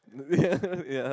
no yeah no yeah